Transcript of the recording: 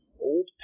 old